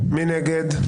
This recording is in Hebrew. מי נגד?